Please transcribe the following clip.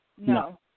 No